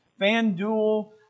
FanDuel